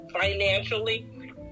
financially